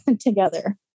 together